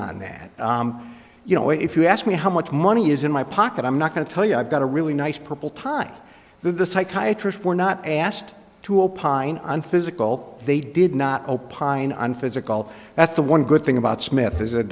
on that you know if you ask me how much money is in my pocket i'm not going to tell you i've got a really nice purple tie the psychiatry were not asked to opine on physical they did not opine on physical that's the one good thing about smith is it